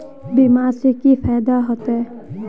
बीमा से की फायदा होते?